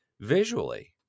visually